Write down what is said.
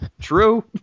True